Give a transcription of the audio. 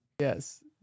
Yes